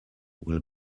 will